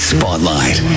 Spotlight